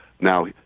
now